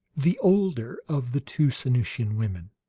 the older of the two sanusian women.